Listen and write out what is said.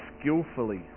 skillfully